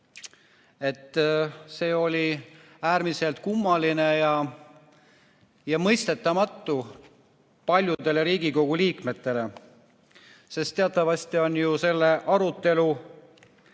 See oli äärmiselt kummaline ja mõistetamatu paljudele Riigikogu liikmetele, sest teatavasti see arutelu